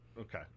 Okay